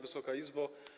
Wysoka Izbo!